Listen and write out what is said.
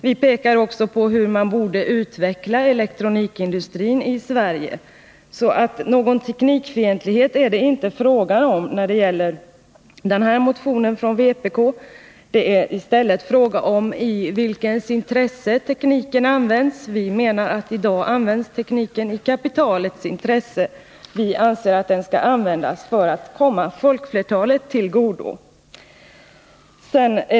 Vi pekar också på hur man borde utveckla elektronikindustrin i Sverige, så någon teknikfientlighet är det inte fråga om när det gäller den här motionen från vpk. Det är fråga om i vems intresse tekniken används. Vi menar att i dag används tekniken i kapitalets intresse. Vi anser att den skall användas för att komma folkflertalet till godo.